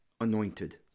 anointed